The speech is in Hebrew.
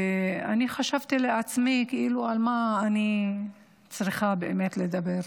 אני חשבתי לעצמי על מה אני צריכה לדבר.